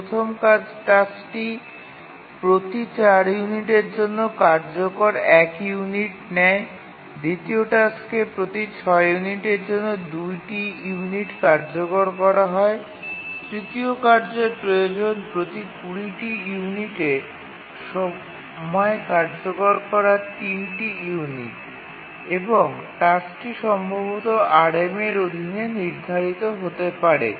প্রথম টাস্কটি প্রতি ৪ ইউনিটের জন্য কার্যকর ১ ইউনিট নেয় দ্বিতীয় টাস্কে প্রতি ৬ ইউনিটের জন্য ২ টি ইউনিট কার্যকর করা হয় তৃতীয় কার্যের প্রয়োজন প্রতি ২০ টি ইউনিটে সময় কার্যকর করার ৩ টি ইউনিট এবং টাস্কটি সম্ভবত RMA এর অধীন নির্ধারিত হতে পারে